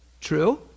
True